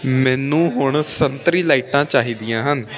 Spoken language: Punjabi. ਮੈਨੂੰ ਹੁਣ ਸੰਤਰੀ ਲਾਈਟਾਂ ਚਾਹੀਦੀਆਂ ਹਨ